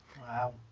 Wow